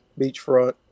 beachfront